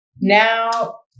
Now